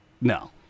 no